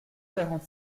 quarante